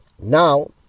Now